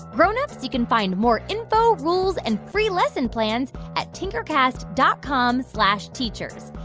grown-ups, you can find more info, rules and free lesson plans at tinkercast dot com slash teachers.